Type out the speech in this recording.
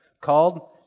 called